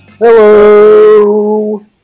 Hello